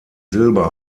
silber